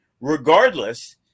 regardless